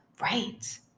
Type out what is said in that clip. Right